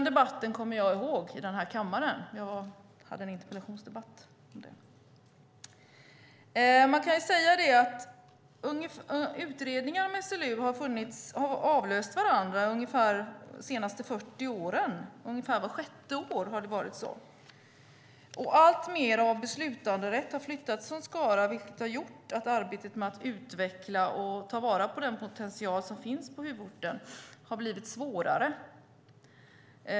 Jag kommer ihåg denna debatt i kammaren. Jag hade en interpellationsdebatt om det. Utredningar om SLU har avlöst varandra de senaste ungefär 40 åren. Ungefär vart sjätte år har det varit en. Alltmer av beslutanderätten har flyttats från Skara, vilket har gjort att arbetet med att utveckla och ta vara på den potential som finns på huvudorten har blivit svårare.